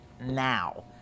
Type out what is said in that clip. now